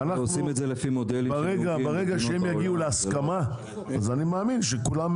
ברגע שהם יגיעו להסכמה, אני מאמין שכולם